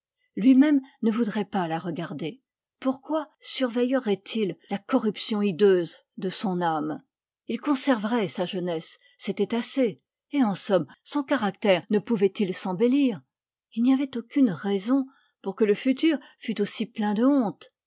lui-même ne voudrait pas la regarder pourquoi surveillerait il la corruption hideuse de son âme il conserverait sa jeunesse c'était assez et en somme son caractère ne pouvait-il s'embellir il n'y avait aucune raison pour que le futur fût aussi plein de honte